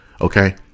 okay